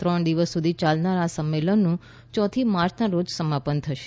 ત્રણ દિવસ સુધી ચાલનારા આ સંમેલનનું ચોથી માર્ચના રોજ સમાપન થશે